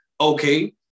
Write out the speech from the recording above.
Okay